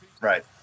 Right